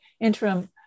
interim